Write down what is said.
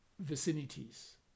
Vicinities